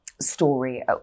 story